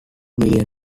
million